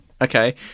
Okay